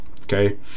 Okay